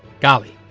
golly.